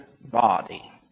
body